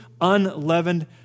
unleavened